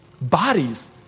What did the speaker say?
bodies